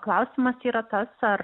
klausimas yra tas ar